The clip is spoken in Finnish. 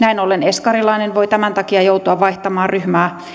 näin ollen eskarilainen voi tämän takia joutua vaihtamaan ryhmää